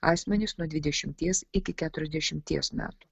asmenys nuo dvidešimties iki keturiasdešimties metų